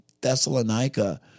Thessalonica